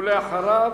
ואחריו,